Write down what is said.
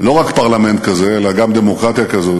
לא רק פרלמנט כזה אלא גם דמוקרטיה כזאת.